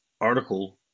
article